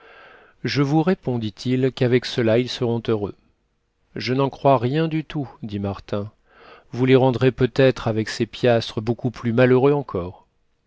je vous réponds dit-il qu'avec cela ils seront heureux je n'en crois rien du tout dit martin vous les rendrez peut-être avec ces piastres beaucoup plus malheureux encore